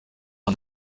ari